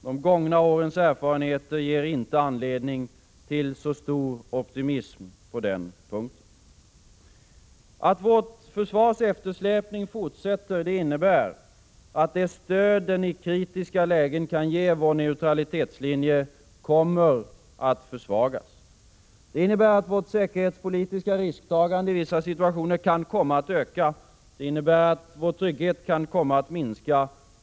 De gångna årens erfarenheter ger inte anledning till så stor optimism på den punkten. Att vårt försvars eftersläpning fortsätter innebär att det stöd det i kritiska lägen kan ge vår neutralitetslinje kommer att försvagas. Det innebär att vårt säkerhetspolitiska risktagande i vissa situationer kan komma att öka. Vår trygghet kan komma att minska.